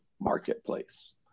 marketplace